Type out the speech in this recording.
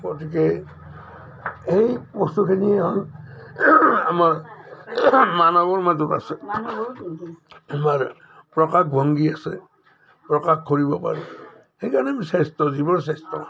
গতিকে সেই বস্তুখিনি হ'ল আমাৰ মানৱৰ মাজত আছে আমাৰ প্ৰকাশভংগী আছে প্ৰকাশ কৰিব পাৰোঁ সেইকাৰণে আমি শ্ৰেষ্ঠ জীৱ শ্ৰেষ্ঠ